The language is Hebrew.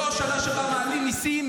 לא השנה שבה מעלים מיסים.